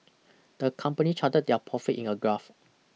the company charted their profit in a graph